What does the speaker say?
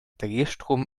drehstrom